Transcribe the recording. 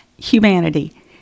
Humanity